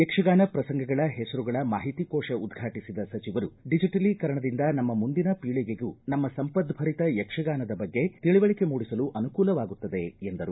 ಯಕ್ಷಗಾನ ಪ್ರಸಂಗಗಳ ಹೆಸರುಗಳ ಮಾಹಿತಿಕೋಶ ಉದ್ಘಾಟಿಸಿದ ಸಚಿವರು ಡಿಜೆಟಲೀಕರಣದಿಂದ ನಮ್ಮ ಮುಂದಿನ ಪೀಳಿಗೆಗೂ ನಮ್ಮ ಸಂಪದ್ದರಿತ ಯಕ್ಷಗಾನದ ಬಗ್ಗೆ ತಿಳಿವಳಿಕೆ ಮೂಡಿಸಲು ಅನುಕೂಲವಾಗುತ್ತದೆ ಎಂದರು